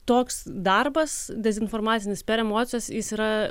toks darbas dezinformacinis per emocijas jis yra